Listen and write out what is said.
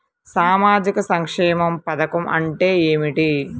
సామాజిక సంక్షేమ పథకం అంటే ఏమిటి?